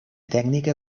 tècnica